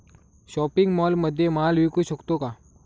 Shopping मॉलमध्ये माल विकू शकतो का?